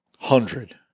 hundred